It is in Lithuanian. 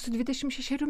su dvidešim šešerių